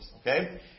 okay